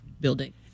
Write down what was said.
building